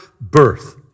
birth